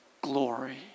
glory